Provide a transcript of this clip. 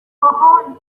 آهان